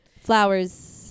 flowers